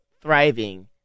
thriving